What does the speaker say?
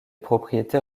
propriétés